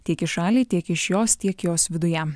tiek į šalį tiek iš jos tiek jos viduje